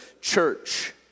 church